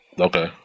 Okay